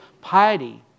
piety